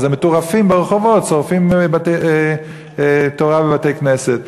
אז המטורפים ברחובות שורפים תורה בבתי-כנסת.